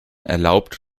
erlaubt